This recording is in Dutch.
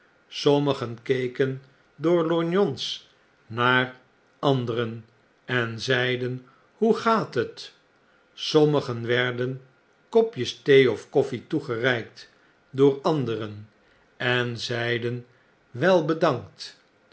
sommigen keken door lorgnons naar anderen en zeiden hoe gaat het sommigen werden kopjes thee of koffie toegereikt door anderen en zeiden wel bedankt